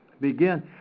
begin